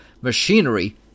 Machinery